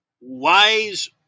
wise